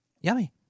yummy